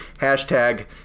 Hashtag